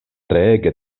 treege